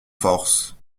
force